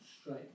straight